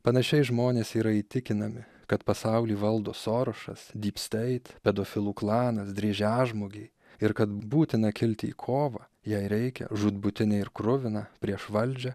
panašiai žmonės yra įtikinami kad pasaulį valdo sorošas dypsteit pedofilų klanas driežažmogiai ir kad būtina kilti į kovą jei reikia žūtbūtinę ir kruviną prieš valdžią